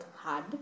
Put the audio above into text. hard